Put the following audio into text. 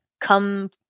come